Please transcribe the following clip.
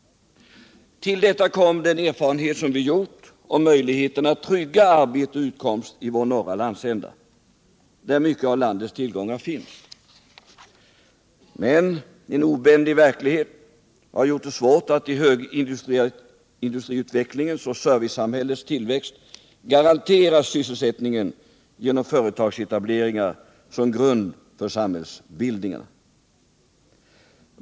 Till detta kom den erfarenhet som vi gjort om möjligheten att trygga arbete och utkomst i vår norra landsända, där mycket av landets tillgångar finns. Men en obändig verklighet har gjort det svårt att i högindustriutvecklingens och servicesamhällets tillväxt garantera sysselsättning genom företagsetableringar som grund för samhällsbildningar.